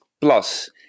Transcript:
Plus